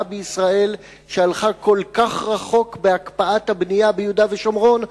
בישראל שהלכה כל כך רחוק בהקפאת הבנייה ביהודה ושומרון,